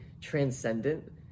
transcendent